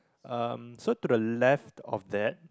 um so to the left of that